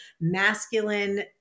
masculine